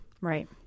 Right